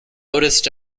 notice